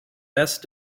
best